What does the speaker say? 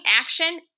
Action